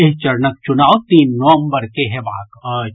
एहि चरणक चुनाव तीन नवमबर के हेबाक अछि